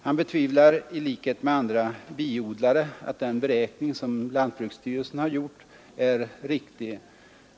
Han betvivlar i likhet med andra biodlare att den beräkning som lantbruksstyrelsen gjort är riktig.